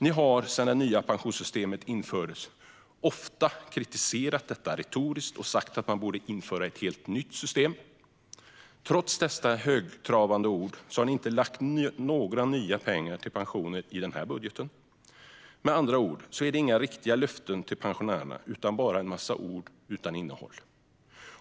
Ni har sedan det nya pensionssystemet infördes ofta kritiserat detta retoriskt och sagt att man borde införa ett helt nytt system. Trots dessa högtravande ord har ni inte lagt några nya pengar till pensioner i denna budget. Med andra ord är det inga riktiga löften till pensionärerna utan bara en massa ord utan innehåll.